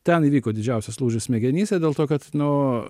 ten įvyko didžiausias lūžis smegenyse dėl to kad nu